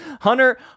Hunter